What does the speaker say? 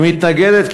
היא מתנגדת,